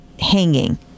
hanging